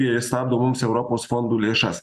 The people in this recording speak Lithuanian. jie stabdo mums europos fondų lėšas